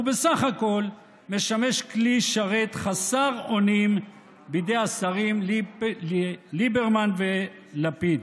הוא בסך הכול משמש כלי שרת חסר אונים בידי השרים ליברמן ולפיד.